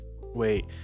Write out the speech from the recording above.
Wait